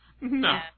no